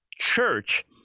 church